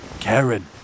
Karen